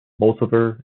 bolsover